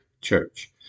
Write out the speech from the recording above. church